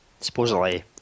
supposedly